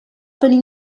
tenir